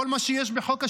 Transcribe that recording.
כל מה שיש בחוק השידורים,